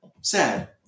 Sad